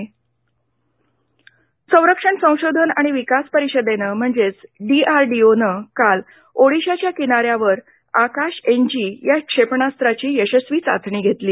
DRDO संरक्षण संशोधन आणि विकास परिषदेनं म्हणजेच डीआरडीओ या संस्थेनं काल ओडिशाच्या किनाऱ्यावर आकाश एनजी या क्षेपणास्त्राची यशस्वीपणे चाचणी घेतली